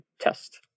test